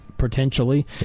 Potentially